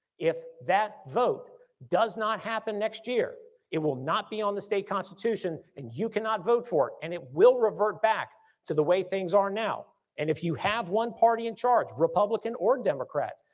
if that vote does not happen next year, it will not be on the state constitution and you cannot vote for it and it will revert back to the way things are now. and if you have one party in charge, republican or democrat,